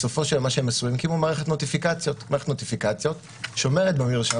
בסופו של יום הן הקימו מערכת נוטיפיקציות ששומרת במרשם